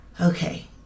okay